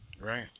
Right